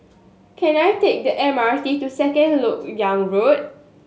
can I take the M R T to Second Lok Yang Road